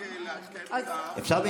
רק לעדכן אותך זה בסדר,